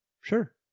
sure